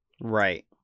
Right